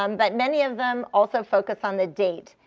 um but many of them also focus on the date.